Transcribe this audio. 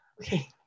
okay